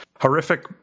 horrific